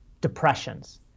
Depressions